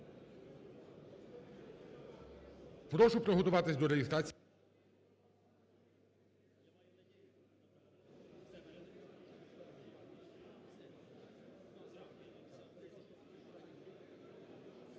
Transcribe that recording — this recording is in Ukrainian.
прошу приготуватись до реєстрації.